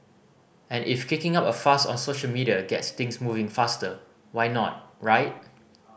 and if kicking up a fuss on social media gets things moving faster why not right